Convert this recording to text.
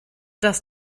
das